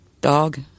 dog